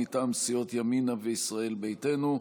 מטעם סיעות ימינה וישראל ביתנו,